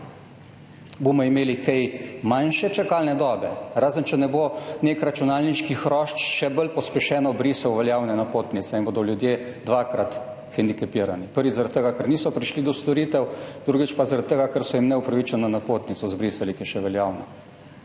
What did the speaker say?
Bomo imeli kaj manjše čakalne dobe? Razen če ne bo nek računalniški hrošč še bolj pospešeno brisal veljavnih napotnic in bodo ljudje dvakrat hendikepirani, prvič zaradi tega, ker niso prišli do storitev, drugič pa zaradi tega, ker so jim neupravičeno izbrisali napotnico, ki je še veljavna.